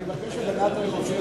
אני מבקש את הגנת היושב-ראש,